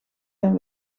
ten